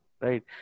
Right